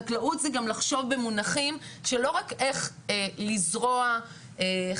חקלאות זה גם לחשוב במונחים שלא רק איך לזרוע חיטה,